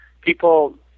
people